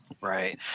Right